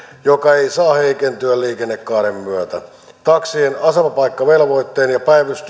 joka ei saa heikentyä liikennekaaren myötä taksien asemapaikkavelvoitteen ja